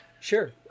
Sure